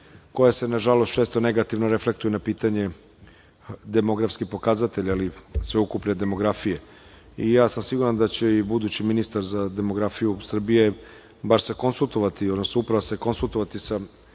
koje se nažalost često negativno reflektuju na pitanje demografskih pokazatelja ili sveukupne demografije. Ja sam siguran da će i budući ministar za demografiju Srbije bar se konsultovati sa kolegama